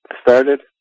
started